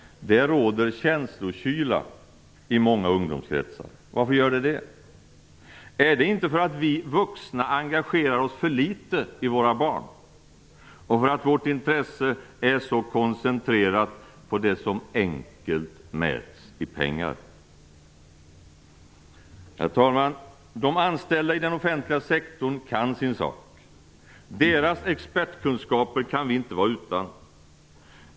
Det råder känslokyla i många ungdomskretsar. Varför är det så? Är det inte för att vi vuxna engagerar oss för litet i våra barn och för att vårt intresse är så koncentrerat på det som enkelt mäts i pengar? Herr talman! De anställda i den offentliga sektorn kan sin sak. Deras expertkunskaper kan vi inte vara utan.